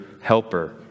helper